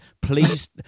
please